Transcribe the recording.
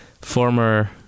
former